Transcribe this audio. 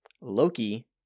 Loki